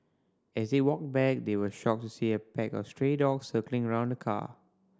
as they walked back they were shocked to see a pack of stray dogs circling around the car